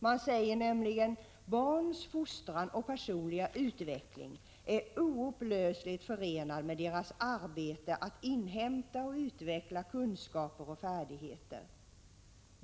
Man säger nämligen: ”Barns fostran och personliga utveckling är oupplösligt förenad med deras arbete att inhämta och utveckla kunskaper och färdigheter.